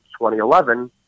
2011